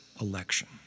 election